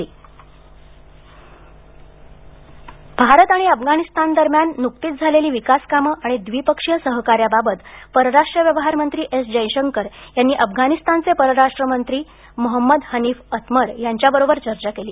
S Jaishankar Bharat Afghanistan Bharat आणि अफगाणिस्तान दरम्यान नुकतीच झालेली विकास कामं आणि द्विपक्षीय सहकार्य याबाबत परराष्ट्र व्यवहारमंत्री एस जयशंकर यांनी अफगाणिस्तानचे परराष्ट्र व्यवहार मंत्री मोहम्मद हनीफ अतमर यांच्याबरोबर चर्चा केली